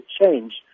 change